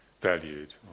valued